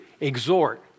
exhort